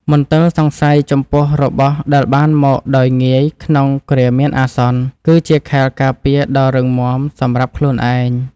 មន្ទិលសង្ស័យចំពោះរបស់ដែលបានមកដោយងាយក្នុងគ្រាមានអាសន្ន គឺជាខែលការពារដ៏រឹងមាំសម្រាប់ខ្លួនឯង។